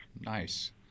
Nice